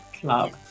club